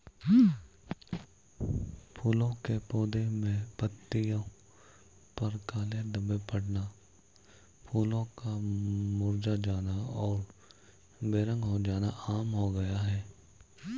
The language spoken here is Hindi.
फूलों के पौधे में पत्तियों पर काले धब्बे पड़ना, फूलों का मुरझा जाना और बेरंग हो जाना आम हो गया है